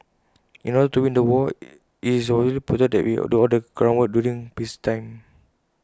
in order to win the war IT is absolutely important that we do all the groundwork during peacetime